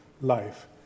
life